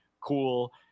cool